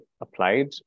applied